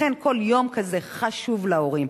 לכן כל יום כזה חשוב להורים.